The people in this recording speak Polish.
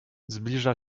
zbliża